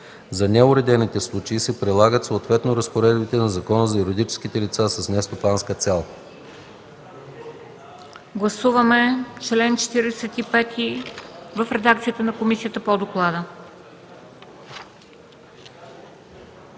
За неуредени случаи се прилагат съответно разпоредбите на Закона за юридическите лица с нестопанска цел.”